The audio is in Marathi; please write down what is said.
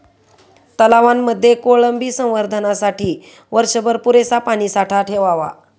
तलावांमध्ये कोळंबी संवर्धनासाठी वर्षभर पुरेसा पाणीसाठा ठेवावा